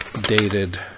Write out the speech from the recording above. dated